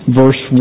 verse